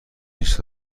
نیست